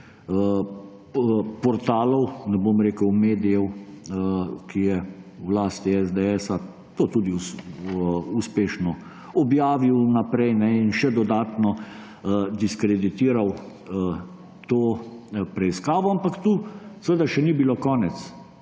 portalov, ne bom rekel medijev, ki je v lasti SDS, to tudi uspešno objavil vnaprej in še dodatno diskreditiral to preiskavo. Ampak tu seveda še ni bilo konec,